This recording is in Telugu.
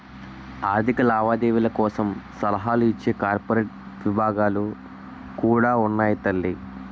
ఆర్థిక లావాదేవీల కోసం సలహాలు ఇచ్చే కార్పొరేట్ విభాగాలు కూడా ఉన్నాయి తల్లీ